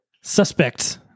suspect